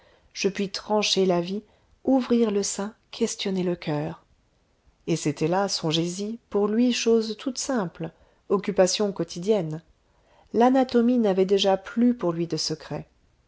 je puis trancher la vie ouvrir le sein questionner le coeur et c'était là songez-y pour lui chose toute simple occupation quotidienne l'anatomie n'avait déjà plus pour lui de secrets